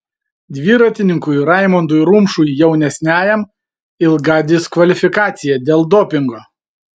dviratininkui raimondui rumšui jaunesniajam ilga diskvalifikacija dėl dopingo